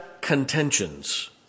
contentions